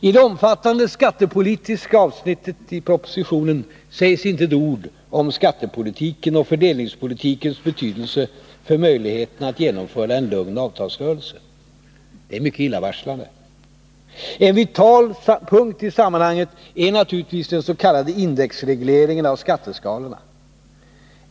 I det omfattande skattepolitiska avsnittet i propositionen sägs inte ett ord om skattepolitikens och fördelningspolitikens betydelse för möjligheten att genomföra en lugn avtalsrörelse. Det är illavarslande. En vital punkt i sammanhanget är naturligtvis den s.k. indexregleringen av skatteskalorna.